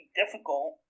difficult